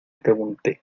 pregunté